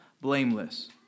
blameless